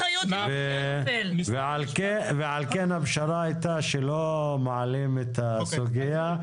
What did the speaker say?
ועל כן הפשרה היתה שלא מעלים את הסוגיה.